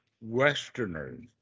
Westerners